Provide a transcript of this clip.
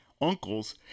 uncles